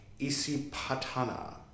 Isipatana